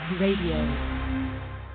Radio